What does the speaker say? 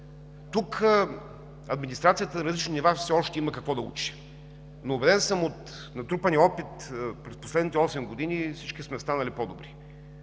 Тук администрацията на различни нива все още има какво да учи. Убеден съм, от натрупания опит през последните осем години, че всички сме станали по-добри.